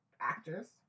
actors